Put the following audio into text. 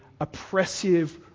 oppressive